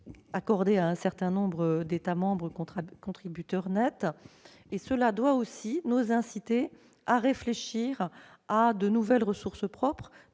accordés à un certain nombre d'États membres contributeurs net. Cela doit aussi nous inciter à réfléchir à de nouvelles ressources propres.